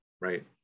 right